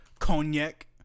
Cognac